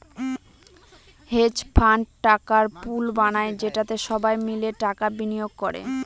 hedge fund টাকার pool বানায় যেটাতে সবাই মিলে টাকা বিনিয়োগ করে